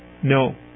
No